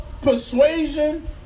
persuasion